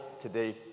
Today